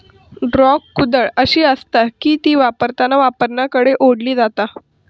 draw कुदळ अशी आसता की ती वापरताना वापरणाऱ्याकडे ओढली जाता